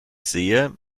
sehe